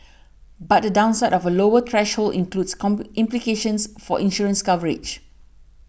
but the downside of a lower threshold includes implications for insurance coverage